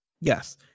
Yes